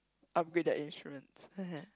upgrade their insurance